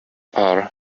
are